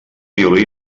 violí